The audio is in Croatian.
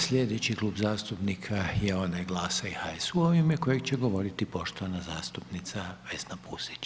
Sljedeći Klub zastupnika je onaj Glasa i HSU-a u ime kojeg će govoriti poštovana zastupnica Vesna Pusić.